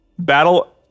Battle